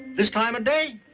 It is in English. this time of day?